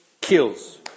kills